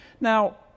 Now